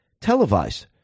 televised